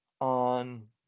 on